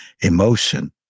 Emotion